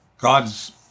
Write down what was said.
God's